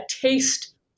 taste